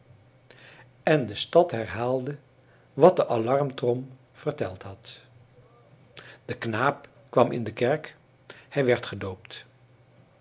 en de stad herhaalde wat de alarmtrom verteld had de knaap kwam in de kerk hij werd gedoopt